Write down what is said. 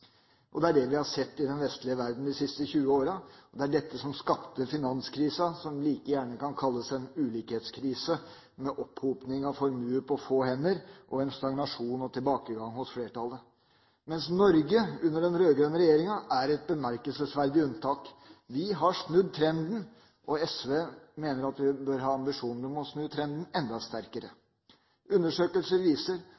akselererer. Det er det vi har sett i den vestlige verden de siste 20 åra. Det er dette som skapte finanskrisa, som like gjerne kan kalles en ulikhetskrise med opphopning av formue på få hender og en stagnasjon og tilbakegang hos flertallet, mens Norge under den rød-grønne regjeringa er et bemerkelsesverdig unntak. Vi har snudd trenden, og SV mener at vi bør ha ambisjoner om å snu trenden enda